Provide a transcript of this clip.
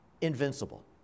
Invincible